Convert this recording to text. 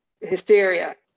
hysteria